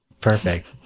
Perfect